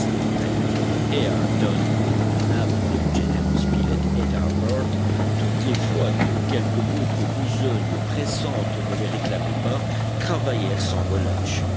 aidés de nab de gédéon spilett et d'harbert toutes les fois que quelque autre besogne pressante ne les réclamait pas travaillèrent sans relâche